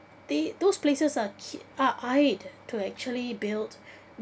the those places are ki~ are aight to actually built